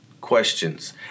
Questions